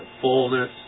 fullness